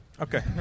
Okay